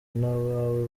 n’abawe